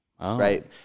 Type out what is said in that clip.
right